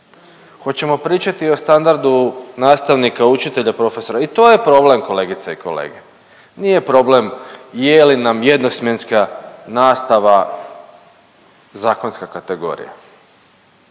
Hoćemo pričati o standardu nastavnika, učitelja, profesora i to je problem kolegice i kolege. Nije problem je li nam jednosmjenska nastava zakonska kategorija.